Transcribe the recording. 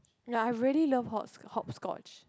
ya I really love hop hopscotch